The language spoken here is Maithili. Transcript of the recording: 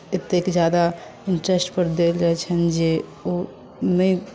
एतेक ज्यादा इन्टरेस्टपर देल जाइत छनि जे ओ नहि